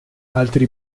altri